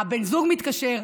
בן הזוג מתקשר,